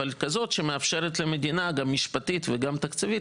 אבל כזאת שמאפשרת למדינה משפטית ותקציבית